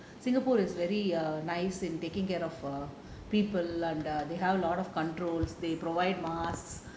singapore is very err nice in taking care of people and they have a lot of controls they provide masks